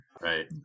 Right